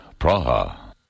Praha